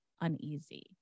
uneasy